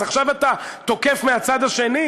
אז עכשיו אתה תוקף מהצד השני,